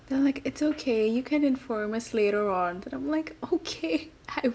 they're like it's okay you can inform us later on then I'm like okay I